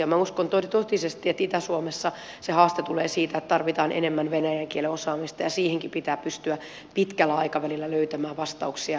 minä uskon totisesti että itä suomessa se haaste tulee siitä että tarvitaan enemmän venäjän kielen osaamista ja siihenkin pitää pystyä pitkällä aikavälillä löytämään vastauksia